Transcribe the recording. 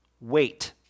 Wait